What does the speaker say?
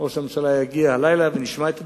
ראש הממשלה יגיע הלילה ונשמע את הדברים.